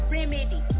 Remedy